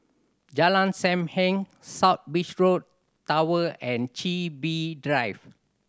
Jalan Sam Heng South Beaches Road Tower and Chin Bee Drive